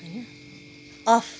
of